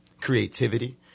creativity